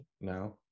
now